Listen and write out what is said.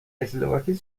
اسلواکی